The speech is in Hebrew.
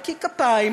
נקי כפיים,